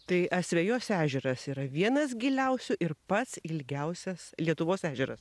tai asvejos ežeras yra vienas giliausių ir pats ilgiausias lietuvos ežeras